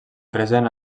present